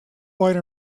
white